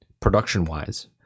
production-wise